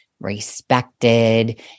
respected